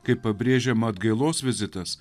kaip pabrėžiama atgailos vizitas